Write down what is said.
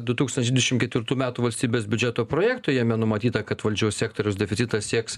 du tūkstančiai dvidešim ketvirtų metų valstybės biudžeto projektui jame numatyta kad valdžios sektoriaus deficitas sieks